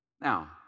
Now